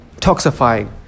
toxifying